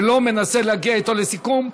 ולא מנסה להגיע אתו לסיכום.